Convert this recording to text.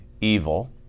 evil